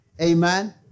Amen